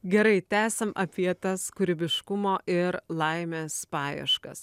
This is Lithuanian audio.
gerai tęsiam apie tas kūrybiškumo ir laimės paieškas